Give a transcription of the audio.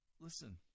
listen